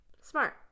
smart